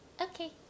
Okay